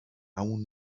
awn